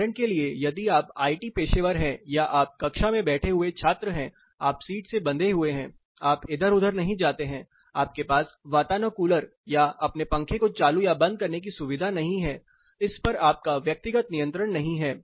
उदाहरण के लिए यदि आप एक आईटी IT पेशेवर हैं या आप कक्षा में बैठे हुए छात्र हैं आप सीट से बंधे हुए हैं आप इधर उधर नहीं जाते हैं आपके पास वातानुकूलर या अपने पंखे को चालू या बंद करने की सुविधा नहीं है इस पर आपका व्यक्तिगत नियंत्रण नहीं है